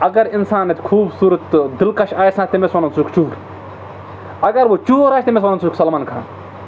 اگر اِنسان اَتہِ خوٗبصوٗرت تہٕ دِلکَش آسہِ نا تٔمِس وَنو ژٕ چھُکھ اگر وۅنۍ چوٗر آسہِ تٔمِس وَنو ژٕ چھُکھ سَلمَان خان